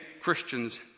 Christians